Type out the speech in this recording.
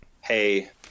hey